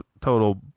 total